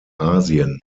asien